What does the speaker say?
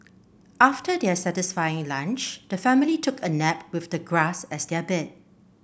after their satisfying lunch the family took a nap with the grass as their bed